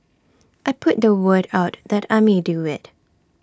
I put the word out that I may do IT